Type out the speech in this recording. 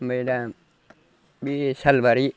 ओमफाय दा बे सालबारि